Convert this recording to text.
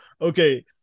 okay